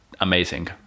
amazing